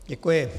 Děkuji.